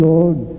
Lord